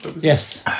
Yes